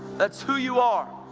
that's who you are!